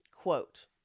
Quote